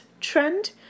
trend